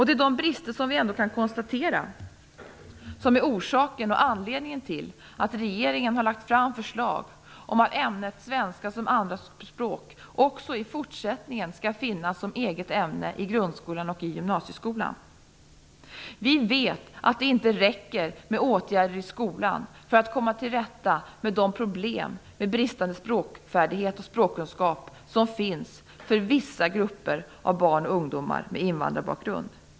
Det är de brister som vi ändå kan konstatera som är anledningen till att regeringen har lagt fram förslag om att ämnet svenska som andraspråk också i fortsättningen skall finnas som eget ämne i grundskolan och i gymnasieskolan. Vi vet att det inte räcker med åtgärder i skolan för att komma till rätta med de problem med bristande språkfärdighet och språkkunskap som finns för vissa grupper av barn och ungdomar med invandrarbakgrund.